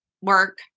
work